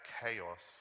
chaos